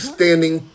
Standing